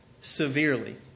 severely